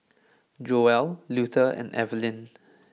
Joel Luther and Evalyn